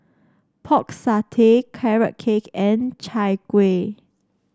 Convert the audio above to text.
Pork Satay Carrot Cake and Chai Kuih